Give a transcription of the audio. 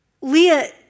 Leah